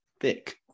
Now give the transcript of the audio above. thick